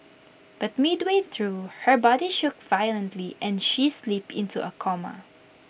but midway through her body shook violently and she slipped into A coma